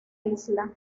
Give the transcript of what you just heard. isla